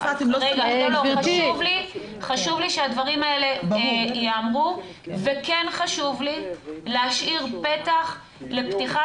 חשוב לי שהדברים האלה ייאמרו וכן חשוב לי להשאיר פתח לפתיחה